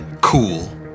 cool